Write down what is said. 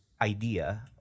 idea